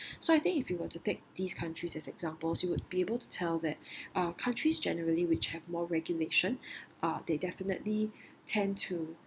so I think if you were to take these countries as examples you would be able to tell that uh countries generally which have more regulation uh they definitely tend to